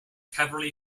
cavalry